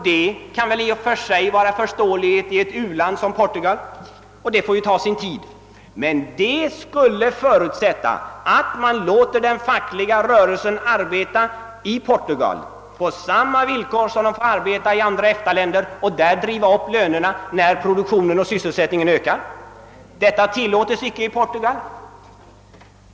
Det kan väl i och för sig vara förståeligt i ett u-land som Portugal. Förhållandena kommer kanske att förbättras — och det får väl ta sin tid — men det skulle förutsätta att den fackliga rörelsen finge arbeta i Portugal på samma villkor som i andra EFTA-länder, så att lönerna kunde drivas upp när produktionen och sysselsättningen ökar. Detta tillåts inte i Portugal!